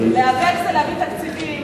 להיאבק זה להביא תקציבים,